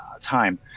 time